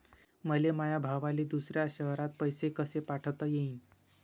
मले माया भावाले दुसऱ्या शयरात पैसे कसे पाठवता येईन?